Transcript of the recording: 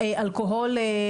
אלכוהול,